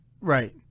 Right